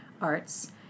arts